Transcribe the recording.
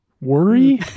Worry